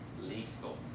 lethal